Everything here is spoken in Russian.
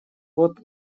вот